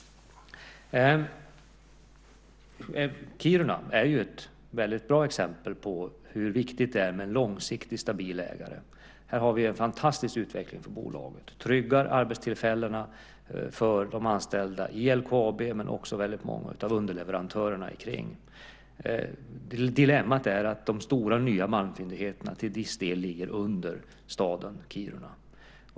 Kiruna är ett bra exempel på hur viktigt det är med en långsiktig, stabil ägare. Här har vi en fantastisk utveckling för bolaget. Det tryggar arbetstillfällena för de anställda i LKAB, men också för många av underleverantörerna. Dilemmat är att de stora nya malmfyndigheterna till viss del ligger under staden Kiruna.